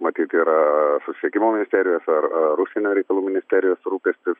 matyt yra susisiekimo ministerijos ar ar užsienio reikalų ministerijos rūpestis